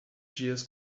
dias